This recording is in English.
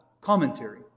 commentary